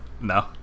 no